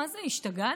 מה זה, השתגענו?